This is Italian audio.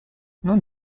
non